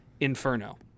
inferno